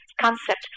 concept